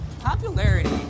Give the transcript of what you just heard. Popularity